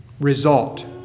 result